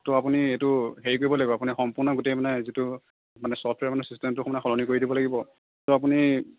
ত' আপুনি এটো হেৰি কৰিব লাগিব আপুনি সম্পূৰ্ণ গোটেই মানে যিটো মানে চফটৱেৰ মানে চিষ্টেমটো আপুনি সলনি কৰি দিব লাগিব আৰু আপুনি